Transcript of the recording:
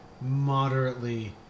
moderately